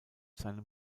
seinem